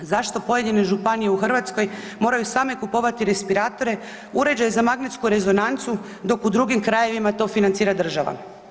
Zašto pojedine županije u Hrvatskoj moraju same kupovati respiratore, uređaj za magnetsku rezonancu dok u drugim krajevima to financira država?